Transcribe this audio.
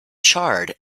charred